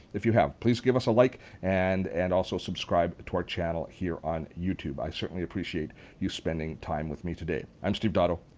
if you have, please give us a like and and also subscribe to our channel here on youtube. i certainly appreciate you spending time with me today. i'm steve dotto.